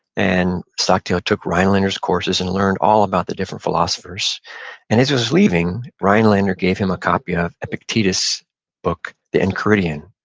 and stockdale took rhinelander's courses and learned all about the different philosophers and as he was leaving, rhinelander gave him a copy of epictetus' book the enchiridion.